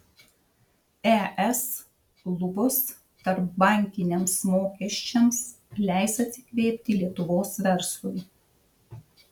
es lubos tarpbankiniams mokesčiams leis atsikvėpti lietuvos verslui